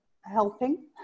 helping